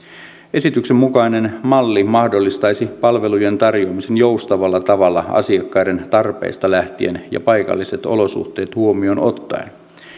esityksen mukainen malli mahdollistaisi palvelujen tarjoamisen joustavalla tavalla asiakkaiden tarpeista lähtien ja paikalliset olosuhteet huomioon ottaen